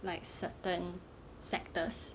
like certain sectors